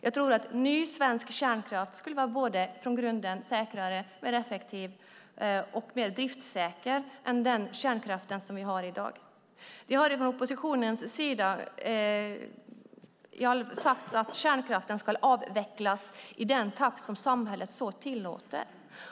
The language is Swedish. Jag tror att ny svensk kärnkraft från grunden skulle vara säkrare, mer effektiv och mer driftsäker än den kärnkraft vi har i dag. Från oppositionens sida har det sagts att kärnkraften ska avvecklas i den takt som samhället tillåter.